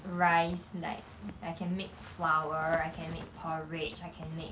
rice like I can make flour I can make porridge I can make